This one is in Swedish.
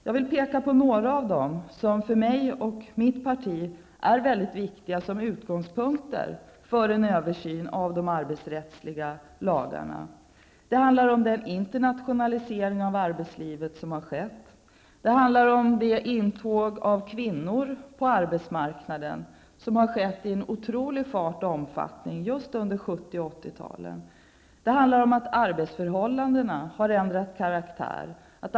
Jag vill peka på något av det som för mig och mitt parti är mycket viktigt som utgångspunkt när det gäller en översyn av de arbetsrättsliga lagarna. Det handlar om den internationalisering av arbetslivet som har skett och det intåg av kvinnor på arbetsmarknaden som under just 1970 och 1980 talet ägde rum med otrolig fart och omfattning. Vidare rör det sig om att arbetsförhållandena har ändrat karaktär.